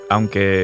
Aunque